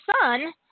son